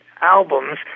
albums